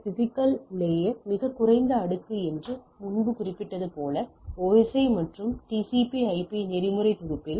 physical layer மிகக் குறைந்த அடுக்கு என்று முன்பு குறிப்பிட்டது போல ஓஎஸ்ஐ மற்றும் டிசிபி ஐபிTCPIP நெறிமுறை தொகுப்பில்